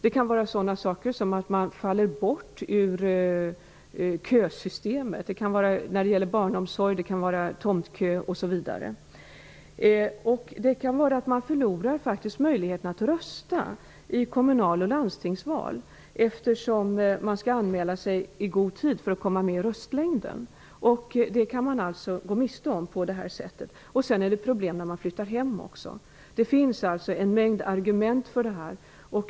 Det kan även gälla sådana saker som att man faller bort ur olika kösystem, t.ex. när det gäller barnomsorg, tomtkö osv. Det kan innebära att man förlorar möjligheten att rösta i kommunal och landstingsval eftersom man skall anmäla sig i god tid för att komma med i röstlängden. Detta kan man alltså gå miste om på det här sättet. Sedan kan det också bli problem när man flyttar hem. Det finns alltså en mängd argument för detta.